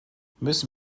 müssen